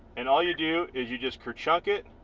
and all you do is you just for chuck it